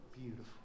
beautiful